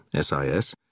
SIS